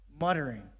muttering